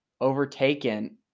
Overtaken